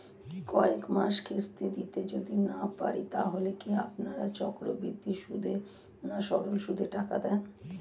কয়েক মাস কিস্তি দিতে যদি না পারি তাহলে কি আপনারা চক্রবৃদ্ধি সুদে না সরল সুদে টাকা দেন?